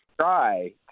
try